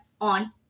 on